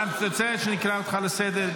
אתה רוצה שאני אקרא אותך לסדר?